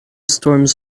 storms